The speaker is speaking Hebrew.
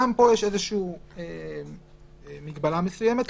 גם פה יש מגבלה מסוימת.